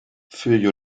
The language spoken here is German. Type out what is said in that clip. für